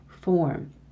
form